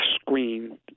screen